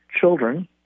children